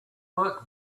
work